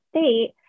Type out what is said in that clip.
state